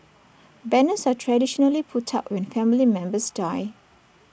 banners are traditionally put up when family members die